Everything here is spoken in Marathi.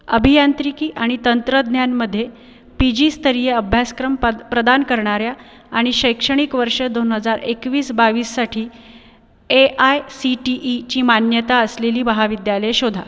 अभियांत्रिकी आणि तंत्रज्ञानमध्ये पी जीस्तरीय अभ्यासक्रम पद प्रदान करणाऱ्या आणि शैक्षणिक वर्ष दोन हजार एकवीस बावीससाठी ए आय सी टी ईची मान्यता असलेली महाविद्यालय शोधा